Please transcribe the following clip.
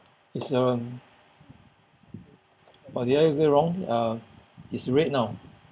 it's your one or did I get it wrong uh it's red now